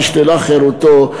נשללה חירותו.